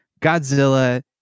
godzilla